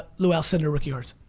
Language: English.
lew alcindor rookie cards.